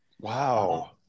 Wow